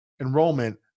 enrollment